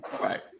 Right